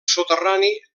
soterrani